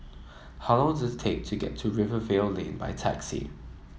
how long does it take to get to Rivervale Lane by taxi